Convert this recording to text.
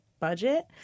budget